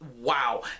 wow